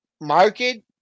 market